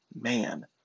man